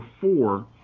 four